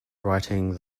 writing